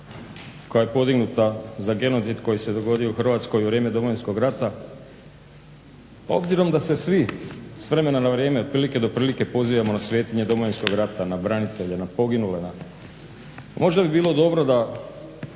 koja je podignuta za genocid koji se dogodio u Hrvatskoj u vrijeme Domovinskog rata. Obzirom da se svi s vremena na vrijeme, od prilike do prilike pozivamo na svetinje Domovinsko rata, na branitelje, na poginule možda bi bilo dobro da